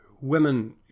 women